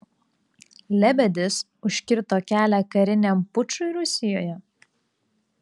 lebedis užkirto kelią kariniam pučui rusijoje